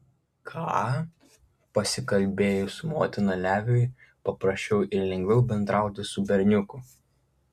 ką pasikalbėjus su motina leviui paprasčiau ir lengviau bendrauti su berniuku